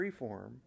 freeform